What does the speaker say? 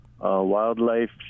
Wildlife